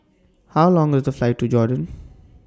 How Long IS The Flight to Jordan